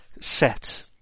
Set